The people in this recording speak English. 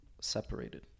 separated